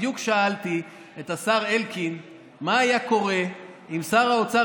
בדיוק שאלתי את השר אלקין מה היה קורה אם שר האוצר,